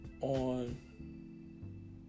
on